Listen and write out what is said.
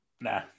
nah